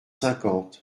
cinquante